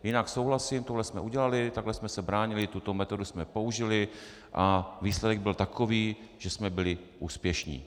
Jinak souhlasím, tohle jsme udělali, takhle jsme se bránili, tuto metodu jsme použili a výsledek byl takový, že jsme byli úspěšní.